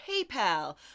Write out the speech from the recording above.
PayPal